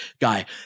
guy